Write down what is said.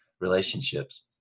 relationships